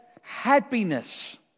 happiness